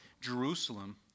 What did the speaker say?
Jerusalem